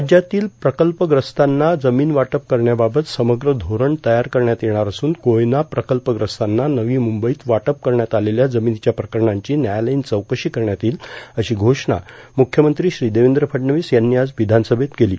राज्यातील प्रकल्पग्रस्तांना जमीन वाटप करण्याबाबत समग्र धोरण तयार करण्यात येणार असून कोयना प्रकल्पग्रस्तांना नवी मुंबईत वाटप करण्यात आलेल्या जमिनीच्या प्रकरणांची व्यायालयीन चौकशी करण्यात येईल अशी घोषणा मुख्यमंत्री श्री देवेंद्र फडणवीस यांनी आज विधानसभेत केली